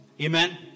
Amen